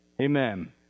amen